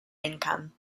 income